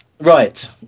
Right